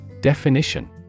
Definition